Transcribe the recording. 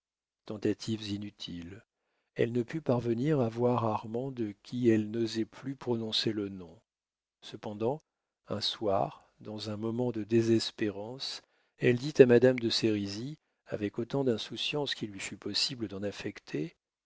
tentatives inutiles elle ne put parvenir à voir armand de qui elle n'osait plus prononcer le nom cependant un soir dans un moment de désespérance elle dit à madame de sérizy avec autant d'insouciance qu'il lui fut possible d'en affecter